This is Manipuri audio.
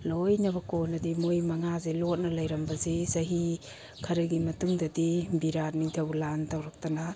ꯂꯣꯏꯅꯃꯛ ꯀꯣꯟꯅꯗꯤ ꯃꯣꯏ ꯃꯉꯥꯁꯦ ꯂꯣꯠꯅ ꯂꯩꯔꯝꯕꯁꯤ ꯆꯍꯤ ꯈꯔꯒꯤ ꯃꯇꯨꯡꯗꯗꯤ ꯚꯤꯔꯥꯠ ꯅꯤꯡꯊꯧ ꯂꯥꯟ ꯇꯧꯔꯛꯇꯅ